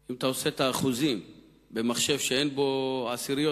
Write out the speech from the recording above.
אם אתה בודק את האחוזים במחשב שאין בו עשיריות,